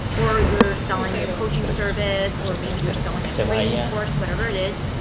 or you're selling your coaching service or maybe you're selling a training course, whatever it is,